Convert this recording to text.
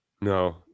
No